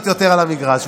להיות יותר על המגרש.